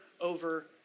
over